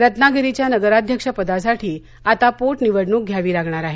रत्नागिरीच्या नगराध्यक्षपदासाठी आत पोटनिवडणूक घ्यावी लागणार आहे